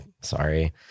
sorry